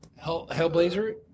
Hellblazer